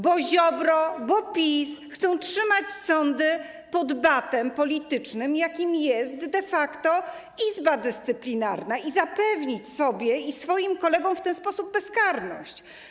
Bo Ziobro, PiS chcą trzymać sądy pod batem politycznym, jakim jest de facto Izba Dyscyplinarna, i zapewnić sobie i swoim kolegom w ten sposób bezkarność.